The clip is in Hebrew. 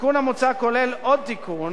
התיקון המוצע כולל עוד תיקון,